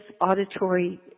auditory